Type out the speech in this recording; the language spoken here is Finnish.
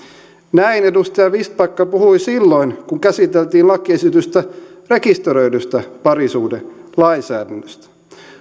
näin edustaja vistbacka puhui silloin kun käsiteltiin lakiesitystä rekisteröidystä parisuhdelainsäädännöstä